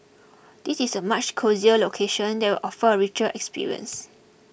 this is a much cosier location that will offer a richer experience